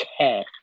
care